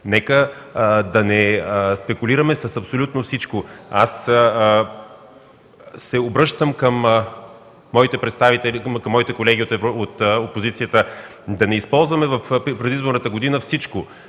Нека да не спекулираме с абсолютно всичко. Аз се обръщам към моите колеги от опозицията да не използваме в предизборната година всичко,